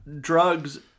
drugs